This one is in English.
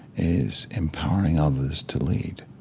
is empowering others to lead